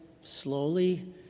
slowly